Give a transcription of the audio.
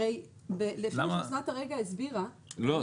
הרי אסנת הרגע הסבירה --- לא.